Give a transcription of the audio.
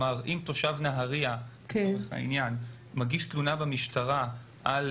אם תושב נהריה מגיש תלונה במשטרה על